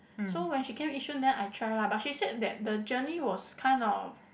so when she came Yishun then I try lah but she said that the journey was kind of